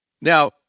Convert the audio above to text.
Now